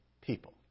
people